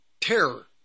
terror